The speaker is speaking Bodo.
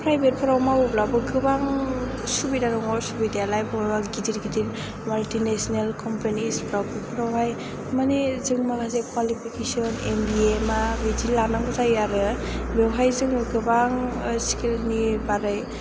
प्राइभेटफोराव मावोब्लाबो गोबां सुबिदा दङ सुबिदायालाय बबेबा गिदिर गिदिर माल्टि नेशनेल क्मपेनिसफ्राव बेफोरावहाय मानि जों माखासे क्वालिफिकेशन एम बि ए मा बिदि लानांगौ जायो आरो बेवहाय जोङो गोबां स्किलनि बारै